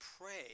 pray